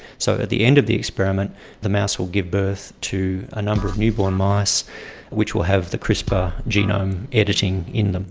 so at the end of the experiment the mouse will give birth to a number of newborn mice which will have the crispr genome editing in them.